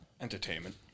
Entertainment